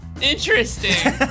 Interesting